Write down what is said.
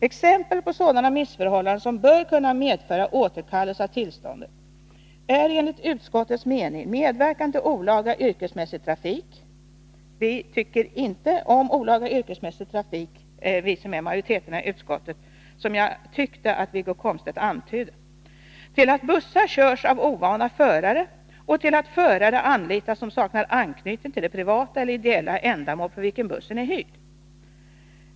Exempel på missförhållanden, som bör kunna medföra återkallelse av tillståndet, är enligt utskottets mening medverkan till olaga yrkesmässig trafik — utskottsmajoriteten tycker inte om olaga yrkesmässig trafik, vilket jag tyckte att Wiggo Komstedt antydde —, till att bussar körs av ovana förare och till att förare anlitas som saknar anknytning till det privata eller ideella ändamål för vilken bussen är hyrd.